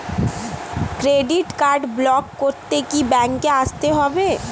Credit card block করতে কি ব্যাংকে আসতে হবে?